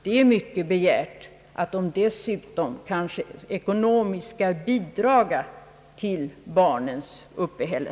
Det är mycket begärt, att fosterföräldrarna dessutom ekonomiskt skall bidraga till barnens uppehälle.